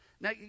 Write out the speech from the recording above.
Now